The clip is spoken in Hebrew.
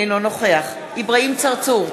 אינו נוכח אברהים צרצור,